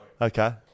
Okay